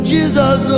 Jesus